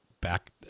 back